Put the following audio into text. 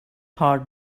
heart